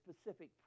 specific